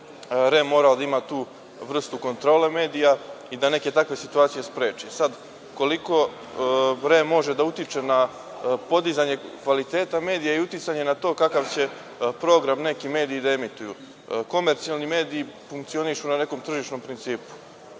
REM morao da ima tu vrstu kontrole medija i da neke takve situacije spreči.E sad, koliko REM može da utiče na podizanje kvaliteta medija i uticanje na to kakav će program neki mediji da emituju? Komercijalni mediji funkcionišu na nekom tržišnom principu.